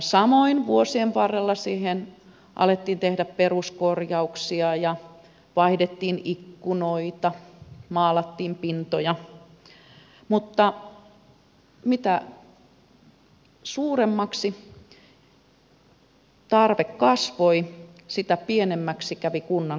samoin vuosien varrella siihen alettiin tehdä peruskorjauksia ja vaihdettiin ikkunoita maalattiin pintoja mutta mitä suuremmaksi tarve kasvoi sitä pienemmäksi kävi kunnan kukkaro